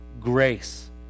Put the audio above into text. grace